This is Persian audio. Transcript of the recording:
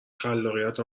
خلاقیت